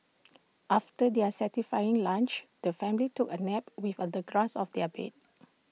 after their satisfying lunch the family took A nap with A the grass of their bed